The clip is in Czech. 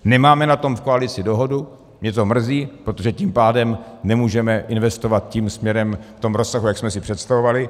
Nemáme o tom v koalici dohodu, mě to mrzí, protože tím pádem nemůžeme investovat tím směrem v tom rozsahu, jak jsme si představovali.